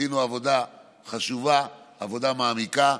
עשינו עבודה חשובה, עבודה מעמיקה,